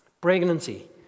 Pregnancy